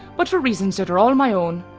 but for reasons that are all my own.